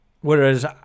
whereas